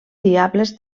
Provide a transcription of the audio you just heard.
diables